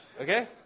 Okay